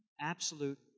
Absolute